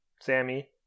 sammy